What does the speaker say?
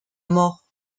mort